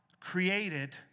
created